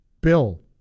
Bill